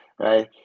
right